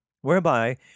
whereby